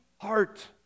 heart